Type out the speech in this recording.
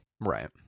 Right